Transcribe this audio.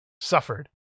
suffered